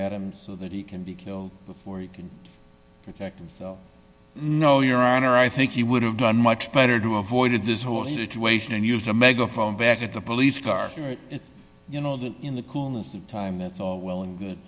at him so that he can be killed before you can protect yourself no your honor i think he would have done much better to avoid this whole situation and use a megaphone back at the police car it's you know that in the coolness of time that's all well and good